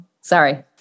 Sorry